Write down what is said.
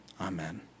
amen